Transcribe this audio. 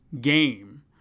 game